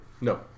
No